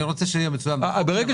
אני רוצה שיצוין בחוק: שבע שנים, נקודה.